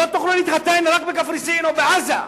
רק בקפריסין או בעזה.